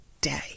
day